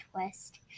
twist